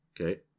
Okay